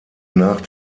nach